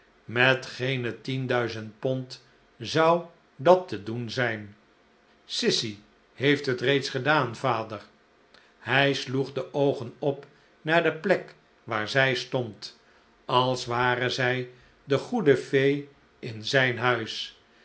met geene tienduizend pond zou dat te doen zijn sissy heeft het reeds gedaan vader hij sloeg de oogen op naar de plek waar zij stond als ware zij de goede fee in zijn huis